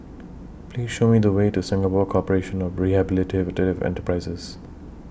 Please Show Me The Way to Singapore Corporation of Rehabilitative Enterprises